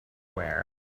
wear